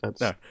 No